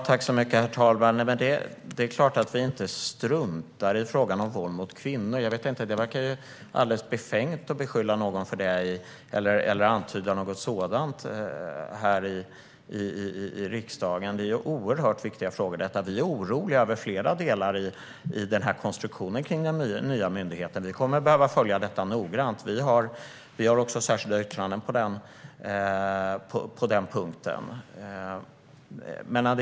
Herr talman! Det är klart att vi inte struntar i frågan om våld mot kvinnor. Det verkar alldeles befängt att beskylla någon för det eller att antyda något sådant i riksdagen. Detta är oerhört viktiga frågor. Vi är oroliga över flera delar i konstruktionen kring den nya myndigheten. Vi kommer att behöva följa detta noggrant. Vi har också särskilda yttranden på den punkten.